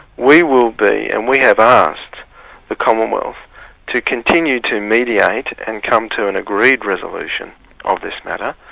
we will be, and we have asked the commonwealth to continue to mediate and come to an agreed resolution of this matter,